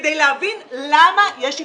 כדי להבין למה יש התנגדות.